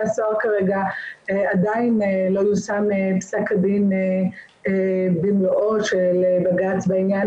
הסוהר כרגע עדיין לא יושם פסק הדין במלואו של בג"צ בעניין